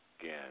again